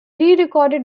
recorded